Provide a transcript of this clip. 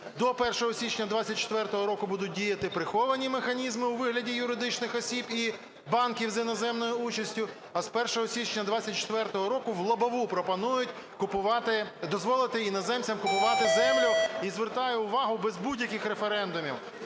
До 1 січня 24-го року будуть діяти приховані механізми у вигляді юридичних осіб і банків з іноземною участю, а з 1 січня 24-го року в лобову пропонують купувати… дозволити іноземцям купувати землю, і, звертаю увагу, без будь-яких референдумів.